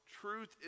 truth